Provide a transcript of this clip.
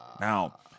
Now